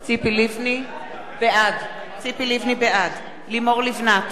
בעד לימור לבנת,